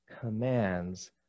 commands